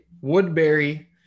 Woodbury